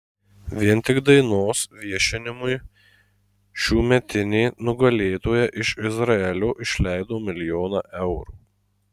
vien tik dainos viešinimui šiųmetinė nugalėtoja iš izraelio išleido milijoną eurų